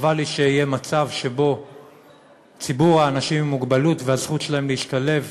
חבל לי שיהיה מצב שציבור האנשים עם מוגבלות והזכות שלהם להשתלב